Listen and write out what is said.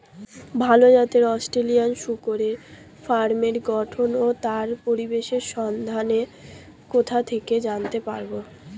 ভাল জাতের অস্ট্রেলিয়ান শূকরের ফার্মের গঠন ও তার পরিবেশের সম্বন্ধে কোথা থেকে জানতে পারবো?